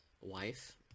wife